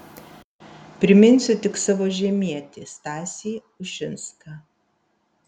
priminsiu tik savo žemietį stasį ušinską